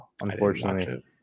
unfortunately